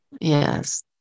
Yes